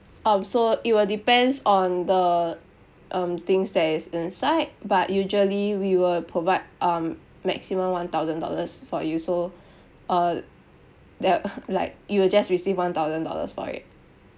um so it will depends on the um things that is inside but usually we will provide um maximum one thousand dollars for you so uh that like you will just receive one thousand dollars for it